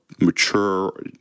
mature